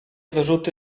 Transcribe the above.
wyrzuty